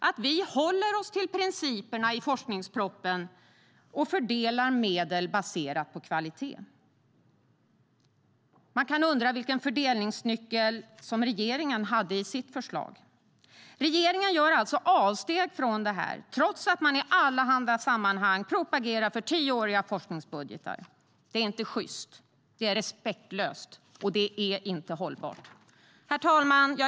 Jo, att vi håller oss till principerna i forskningspropositionen och fördelar medel baserat på kvalitet. Vilken fördelningsnyckel hade regeringen i sitt förslag? Herr talman!